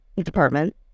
department